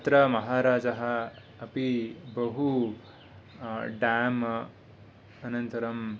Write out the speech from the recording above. अत्र महाराजः अपि बहु डाम् अनन्तरम्